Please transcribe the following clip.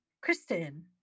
Kristen